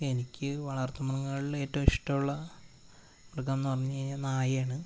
എനിക്ക് വളർത്തുമൃഗങ്ങളിൽ ഏറ്റവും ഇഷ്ട്ടമുള്ള മൃഗമെന്നു പറഞ്ഞുകഴിഞ്ഞാൽ നായയാണ്